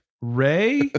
ray